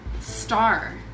Star